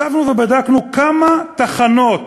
ישבנו ובדקנו כמה תחנות